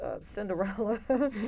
Cinderella